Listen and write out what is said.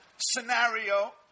scenario